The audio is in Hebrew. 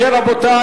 אם כן, רבותי,